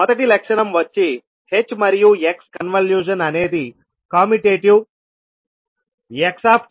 మొదటి లక్షణం వచ్చి h మరియు x కన్వల్యూషన్ అనేది కమ్యుటేటివ్i